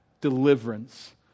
deliverance